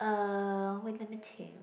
uh wait let me think